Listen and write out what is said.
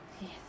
Yes